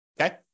Okay